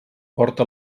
porta